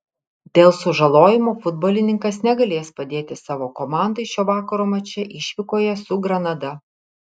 dėl sužalojimo futbolininkas negalės padėti savo komandai šio vakaro mače išvykoje su granada